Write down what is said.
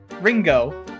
Ringo